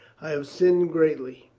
i have sinned greatly.